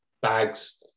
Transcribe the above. bags